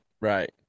Right